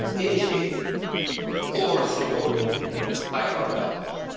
initiated or supported by our government.